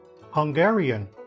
Hungarian